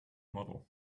model